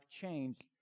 changed